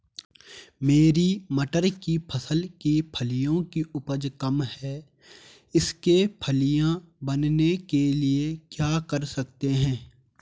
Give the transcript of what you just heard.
मेरी मटर की फसल की फलियों की उपज कम है इसके फलियां बनने के लिए क्या कर सकते हैं?